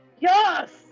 Yes